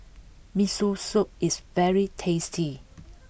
Miso Soup is very tasty